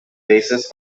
basis